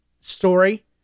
story